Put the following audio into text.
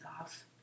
off